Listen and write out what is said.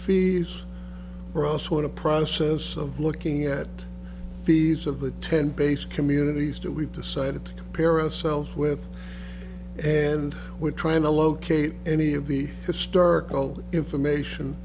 a process of looking at fees of the ten base communities that we've decided to compare ourselves with and we're trying to locate any of the historical information